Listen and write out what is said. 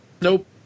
nope